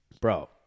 bro